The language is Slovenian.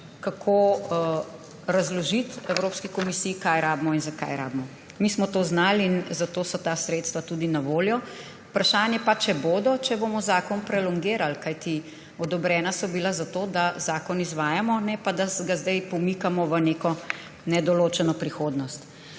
kako razložiti Evropski komisiji, kaj rabimo in zakaj rabimo. Mi smo to znali in zato so ta sredstva tudi na voljo. Vprašanje pa je, če bodo, če bomo zakon prolongirali, kajti odobrena so bila zato, da zakon izvajamo, ne pa, da ga zdaj pomikamo v neko nedoločeno prihodnost.